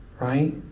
Right